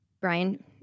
Brian